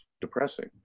depressing